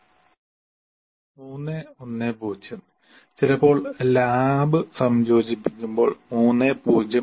3 1 0 ചിലപ്പോൾ ലാബ് സംയോജിപ്പിക്കുമ്പോൾ 3 0 1